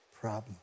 problem